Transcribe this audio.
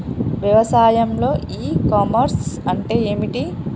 వ్యవసాయంలో e commerce అంటే ఏమిటి?